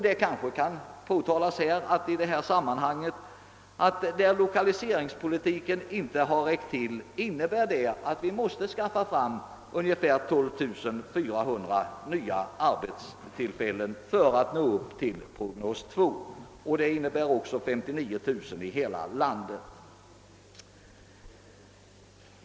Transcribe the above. Det kanske i detta sammanhang bör sägas att vi där insatserna inom lokaliseringspolitiken inte varit tillräckliga måste skapa ungefär 12 400 nya arbetstillfällen för att nå upp till vad som anges i prognos 2. Det innebär också en motsvarande siffra för hela landet på 59 000 nya arbetstillfällen.